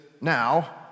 now